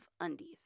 undies